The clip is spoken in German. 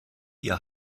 ihr